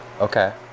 Okay